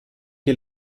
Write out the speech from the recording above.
che